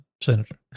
Senator